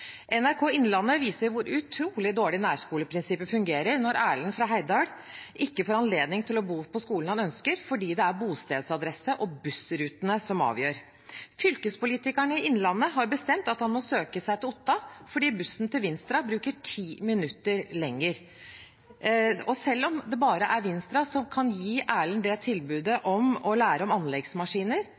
NRK Innlandet viste hvor utrolig dårlig nærskoleprinsippet fungerer når Erlend fra Heidal ikke får anledning til å gå på skolen han ønsker, fordi det er bostedsadresse og bussrutene som avgjør. Fylkespolitikerne i Innlandet har bestemt at han må søke seg til Otta fordi bussen til Vinstra bruker ti minutter lengre tid, selv om det bare er Vinstra som kan gi Erlend tilbud om å lære om anleggsmaskiner,